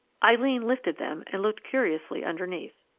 eileen lifted them and looked curiously underneath.